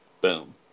boom